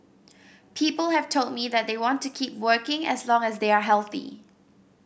people have told me that they want to keep working as long as they are healthy